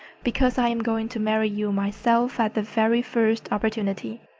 because i am going to marry you myself at the very first opportunity.